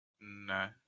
No